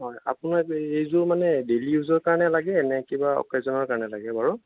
হয় আপোনাৰ এইযোৰ মানে ডেইলী ইউজৰ কাৰণে লাগেনে কিবা অ'কেজনৰ কাৰণে লাগে বাৰু